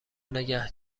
نگه